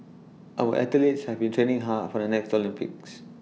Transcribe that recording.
our athletes have been training hard for the next Olympics